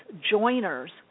joiners